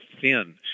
thin